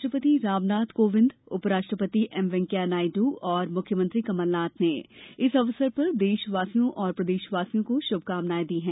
राष्ट्रपति रामनाथ कोविन्द उपराष्ट्रपति एम वेंकैया नायडू और मुख्यमंत्री कमलनाथ ने इस अवसर पर देश और प्रदेशवासियों को शुभकामनाएं दी हैं